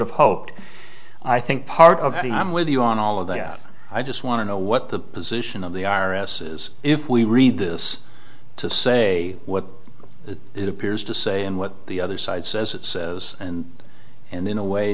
have hoped i think part of it i'm with you on all of the us i just want to know what the position of the our asses if we read this to say what it appears to say and what the other side says it says and and in a way